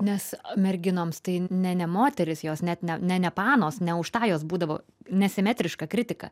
nes merginoms tai ne ne moteris jos net ne ne panos ne už tą jos būdavo nesimetriška kritika